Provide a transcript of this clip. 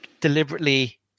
deliberately